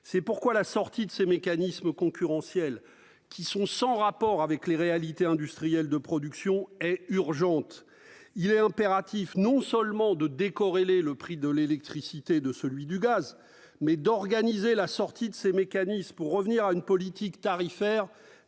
C'est pourquoi la sortie de ces mécanismes concurrentiels, sans rapport avec les réalités industrielles de la production, est urgente. Il est impératif non seulement de décorréler le prix de l'électricité de celui du gaz, mais aussi d'organiser la sortie de ces mécanismes pour revenir à une politique tarifaire